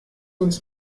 uns